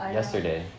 yesterday